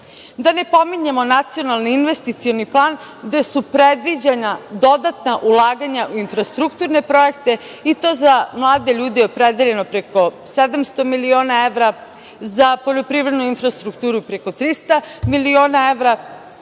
ne pominjemo nacionalni investicioni plan, gde su predviđena dodatna ulaganja u infrastrukturne projekte i to za mlade ljude je opredeljeno preko 700 miliona evra, za poljoprivrednu infrastrukturu preko 300 miliona evra,